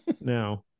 now